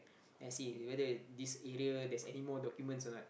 I see whether this area there's anymore documents or not